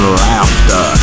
laughter